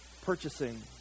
purchasing